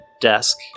desk